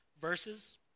verses